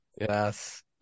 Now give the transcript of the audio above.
yes